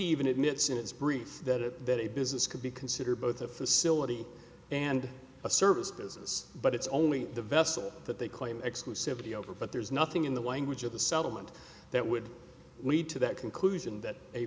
even admits in its brief that a business could be considered both a facility and a service business but it's only the vessel that they claim exclusivity over but there's nothing in the wind which of the settlement that would lead to that conclusion that a